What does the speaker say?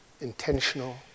intentional